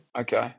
Okay